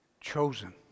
chosen